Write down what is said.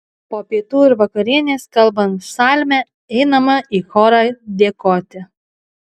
po pietų ir vakarienės kalbant psalmę einama į chorą dėkoti